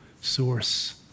source